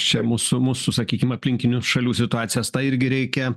čia musų mūsų sakykim aplinkinių šalių situacijas tą irgi reikia